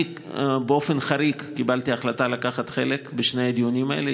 אני באופן חריג קיבלתי החלטה לקחת חלק בשני הדיונים האלה.